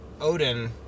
Odin